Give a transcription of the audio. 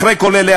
אחרי כל אלה,